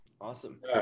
Awesome